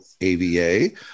AVA